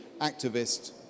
activists